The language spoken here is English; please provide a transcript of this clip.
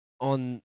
on